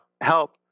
help